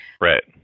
right